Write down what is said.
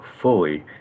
fully